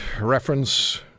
reference